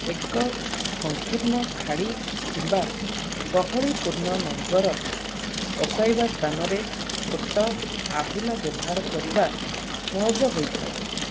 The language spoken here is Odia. ଏକ ସଙ୍କୀର୍ଣ୍ଣ ଖାଡ଼ି କିମ୍ବା ଗହଳିପୂର୍ଣ୍ଣ ନଙ୍ଗର ପକାଇବା ସ୍ଥାନରେ ଛୋଟ ଆହୁଲା ବ୍ୟବହାର କରିବା ସହଜ ହୋଇଥାଏ